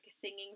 singing